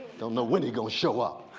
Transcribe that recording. don't know when he going show up.